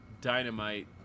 Dynamite